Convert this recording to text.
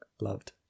loved